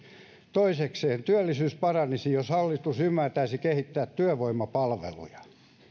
toisekseen työllisyys paranisi jos hallitus ymmärtäisi kehittää työvoimapalveluja